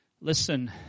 Listen